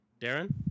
Darren